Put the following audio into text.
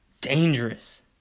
dangerous